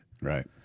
right